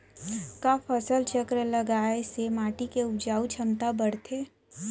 का फसल चक्र लगाय से माटी के उपजाऊ क्षमता बढ़थे?